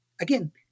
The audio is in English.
again